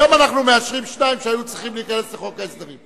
היום אנחנו מאשרים שניים שהיו צריכים להיכנס לחוק ההסדרים.